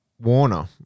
Warner